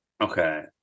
Okay